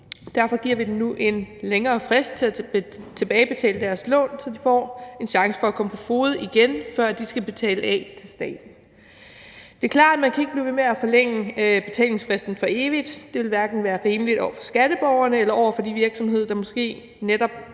Derfor giver vi dem nu en længere frist til at tilbagebetale deres lån, så de får en chance for at komme på fode igen, før de skal betale af til staten. Det er klart, at man ikke kan blive ved med at forlænge betalingsfristen for evigt; det ville hverken være rimeligt over for skatteborgerne eller over for de virksomheder, som måske netop